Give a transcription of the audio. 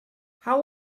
how